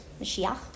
Mashiach